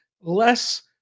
less